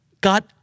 Got